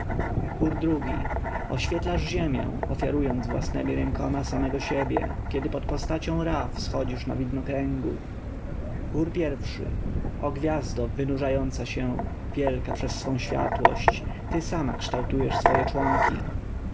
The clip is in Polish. ii oświetlasz ziemię ofiarowując własnemi rękoma samego siebie kiedy pod postacią ra wschodzisz na widnokręgu chór i o gwiazdo wynurzająca się wielka przez swoją światłość ty sama kształtujesz swoje członki